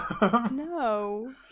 no